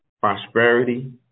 prosperity